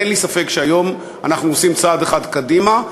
אין לי ספק שהיום אנחנו עושים צעד אחד קדימה,